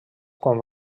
quan